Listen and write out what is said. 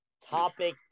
topic